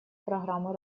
программы